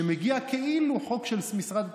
שמגיע כאילו חוק של משרד התחבורה,